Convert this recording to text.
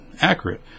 accurate